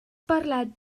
parlat